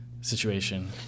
situation